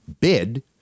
bid